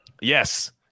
Yes